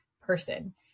person